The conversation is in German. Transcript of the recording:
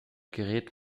gerät